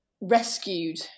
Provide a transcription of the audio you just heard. rescued